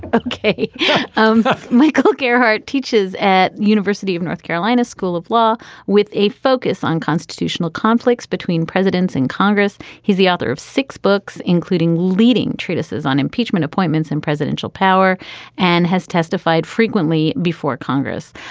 ok um michael gerhart teaches at the university of north carolina school of law with a focus on constitutional conflicts between presidents and congress. he's the author of six books, including leading treatises on impeachment appointments and presidential power and has testified frequently before congress.